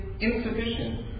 insufficient